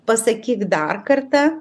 pasakyk dar kartą